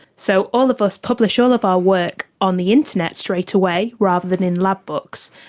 so all of us publish all of our work on the internet straight away rather than in lab books,